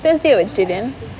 thursday you're vegetarian